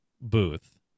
booth